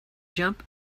jump